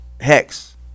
Hex